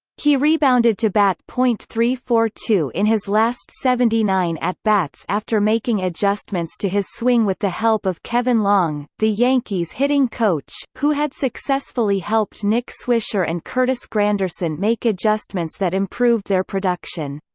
he rebounded to bat point three four two in his last seventy nine at-bats after making adjustments to his swing with the help of kevin long, the yankees hitting coach, who had successfully helped nick swisher and curtis granderson make adjustments that improved their production.